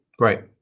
Right